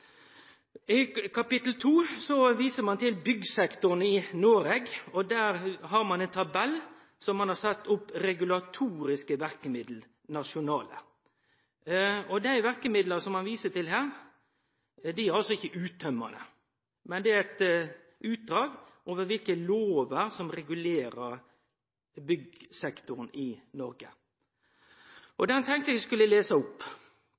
I kapittel 2 viser ein til byggsektoren i Noreg. Her har ein ein tabell kor ein har sett opp regulatoriske nasjonale verkemiddel. Dei verkemidla som ein viser til her, er ikkje uttømmande, men det er eit utdrag av kva slags lovar som regulerer byggsektoren i Noreg. Eg tenkte eg skulle lese dei opp: